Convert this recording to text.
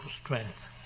strength